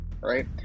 right